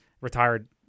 retired